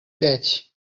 пять